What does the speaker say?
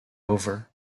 over